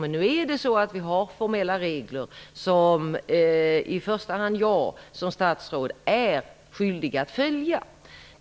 Men nu det är så att vi har formella regler som jag som statsråd i första hand är skyldig att följa.